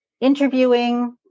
interviewing